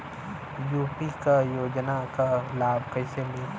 UP क योजना क लाभ कइसे लेब?